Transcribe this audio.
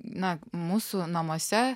na mūsų namuose